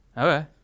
Okay